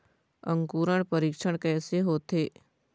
अंकुरण परीक्षण कैसे होथे?